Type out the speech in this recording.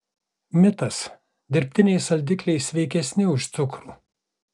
mitas dirbtiniai saldikliai sveikesni už cukrų